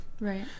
Right